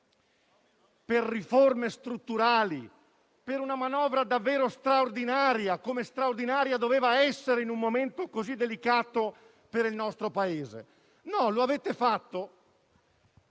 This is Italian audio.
per riforme strutturali e per una manovra davvero straordinaria, come straordinaria doveva essere in un momento così delicato per il nostro Paese. Lo avete fatto